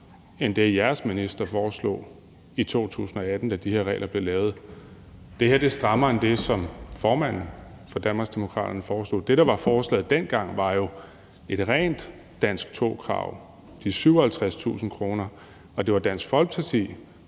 end det, som jeres minister foreslog i 2018, da de her regler blev lavet. Det her er strammere end det, som formanden for Danmarksdemokraterne foreslog. Det, der var forslaget dengang, var jo et rent danskprøve 2-krav og de 57.000 kr. Og det var Dansk Folkeparti,